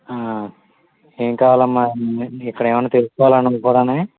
ఏం కావాలమ్మా నువ్వు ఇక్కడ ఏమైనా తెలుసుకోవాలా నువ్వు కూడా